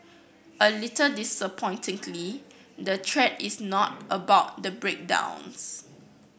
a little disappointingly the thread is not about the breakdowns